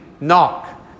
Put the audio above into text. knock